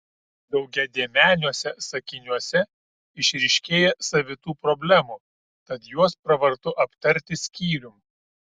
daugiadėmeniuose sakiniuose išryškėja savitų problemų tad juos pravartu aptarti skyrium